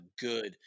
good